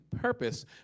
purpose